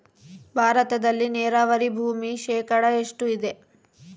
ಭಾರತದಲ್ಲಿ ನೇರಾವರಿ ಭೂಮಿ ಶೇಕಡ ಎಷ್ಟು ಇದೆ?